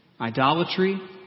Idolatry